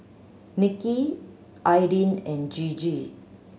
Nicky Aydin and Gigi